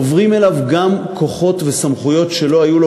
עוברים אליו גם כוחות וסמכויות שלא היו לו